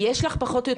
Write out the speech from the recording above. יש לך נתונים